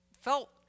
felt